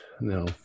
No